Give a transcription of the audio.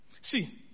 See